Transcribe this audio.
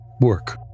work